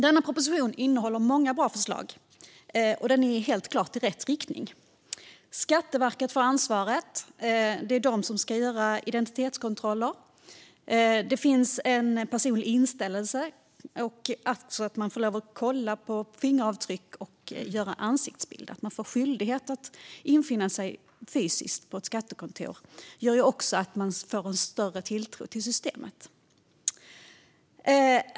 Denna proposition innehåller många bra förslag och går helt klart i rätt riktning. Skatteverket får ansvaret - det är de som ska göra identitetskontroller - och det finns personlig inställelse. Man får också lov att kolla på fingeravtryck och ansiktsbilder. Att det blir en skyldighet att infinna sig fysiskt på ett skattekontor gör också att tilltron till systemet ökar.